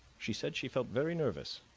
she said she felt very nervous.